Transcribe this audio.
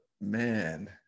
man